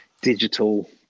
digital